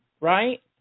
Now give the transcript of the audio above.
right